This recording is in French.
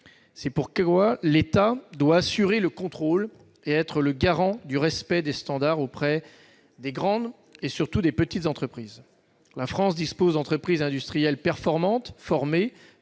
C'est pourquoi l'État doit assurer le contrôle et être le garant du respect des standards auprès des grandes et surtout des petites entreprises. La France dispose d'entreprises industrielles performantes, formées